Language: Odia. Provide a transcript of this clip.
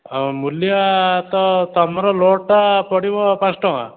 ଆଉ ମୂଲିଆ ତ ତୁମର ଲୋଡ଼୍ଟା ପଡ଼ିବ ପାଞ୍ଚ ଟଙ୍କା